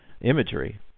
imagery